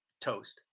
toast